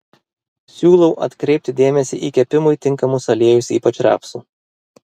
siūlau atkreipti dėmesį į kepimui tinkamus aliejus ypač rapsų